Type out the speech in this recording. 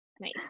Nice